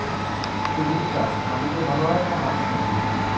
কুঁদরি চাষ মাটিতে ভালো হয় না মাচাতে ভালো হয়?